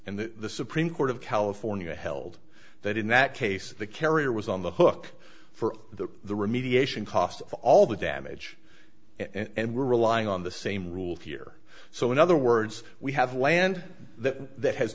and the supreme court of california held that in that case the carrier was on the hook for the the remediation cost of all the damage and we're relying on the same rule here so in other words we have land that has